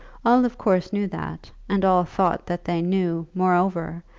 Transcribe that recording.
all of course knew that, and all thought that they knew, moreover,